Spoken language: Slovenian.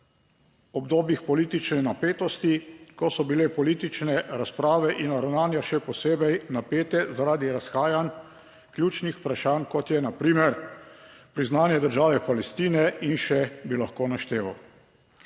obdobjih politične napetosti, ko so bile politične razprave in ravnanja še posebej napete zaradi razhajanj ključnih vprašanj, kot je na primer priznanje države Palestine, in še bi lahko našteval.